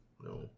No